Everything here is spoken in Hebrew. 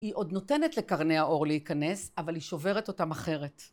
היא עוד נותנת לקרני האור להיכנס, אבל היא שוברת אותם אחרת.